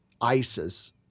ISIS